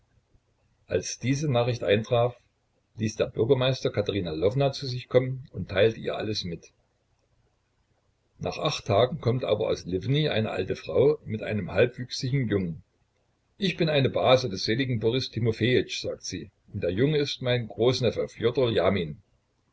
als diese nachricht eintraf ließ der bürgermeister katerina lwowna zu sich kommen und teilte ihr alles mit nach acht tagen kommt aber aus liwny eine alte frau mit einem halbwüchsigen jungen ich bin eine base des seligen boris timofejitsch sagt sie und der junge ist mein großneffe fjodor ljamin